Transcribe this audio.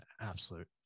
absolute